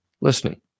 listening